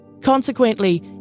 Consequently